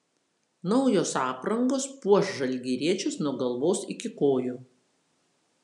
naujos aprangos puoš žalgiriečius nuo galvos iki kojų